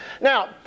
Now